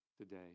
today